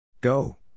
Go